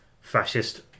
fascist